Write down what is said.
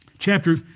Chapter